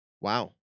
Wow